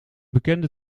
bekende